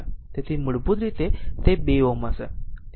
તેથી મૂળભૂત રીતે તે 2 Ω હશે